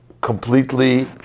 completely